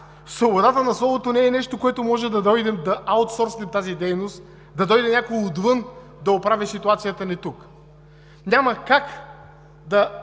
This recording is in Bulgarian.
Свободата на словото не е нещо, което може да дойде и да аутсорсне тази дейност, да дойде някой отвън да оправи ситуацията ни тук. Няма как